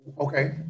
Okay